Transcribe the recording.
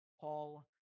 Paul